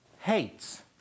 Hates